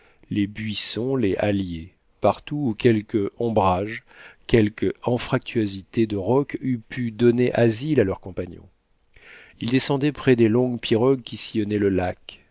les buissons les halliers partout où quelque ombrage quelque anfractuosité de roc eût pu donner asile à leur compagnon ils descendaient près des longues pirogues qui sillonnaient le lac